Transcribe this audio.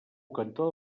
cantor